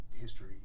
history